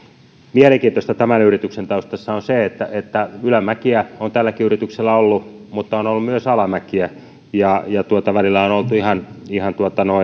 mielenkiintoista tämän yrityksen taustassa on se että että ylämäkiä on tälläkin yrityksellä ollut mutta on ollut myös alamäkiä ja välillä on oltu ihan ihan